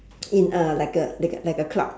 in a like a like a like a club